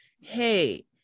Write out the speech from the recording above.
hey